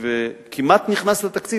וכמעט נכנס לתקציב,